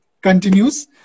continues